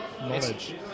Knowledge